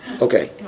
Okay